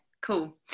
cool